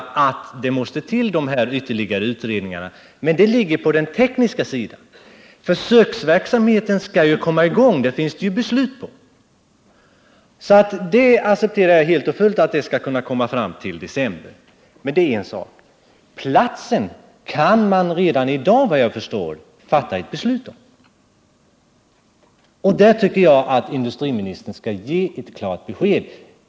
Jag kan acceptera att dessa ytterligare utredningar måste genomföras, men de har teknisk inriktning, och det finns ett beslut om att en försöksverksamhet skall startas. Jag accepterar alltså helt att dessa utredningar skall slutföras till december, men man kan såvitt jag förstår redan i dag fatta ett beslut om på vilken plats försöksverksamheten skall bedrivas. På den punkten tycker jag att industriministern skall ge ett klart besked.